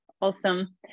Awesome